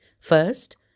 First